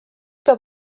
peab